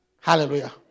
Hallelujah